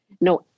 No